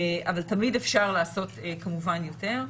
אבל תמיד אפשר לעשות כמובן יותר.